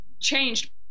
changed